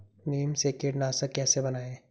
नीम से कीटनाशक कैसे बनाएं?